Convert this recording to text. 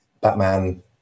Batman